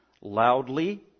loudly